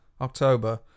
October